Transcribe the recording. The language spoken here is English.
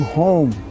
home